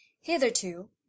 Hitherto